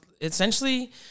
essentially